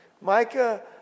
Micah